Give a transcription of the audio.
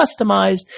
customized